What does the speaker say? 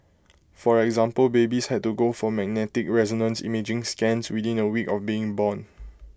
for example babies had to go for magnetic resonance imaging scans within A week of being born